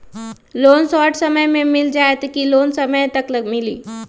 Loan short समय मे मिल जाएत कि लोन समय तक मिली?